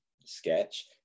sketch